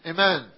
Amen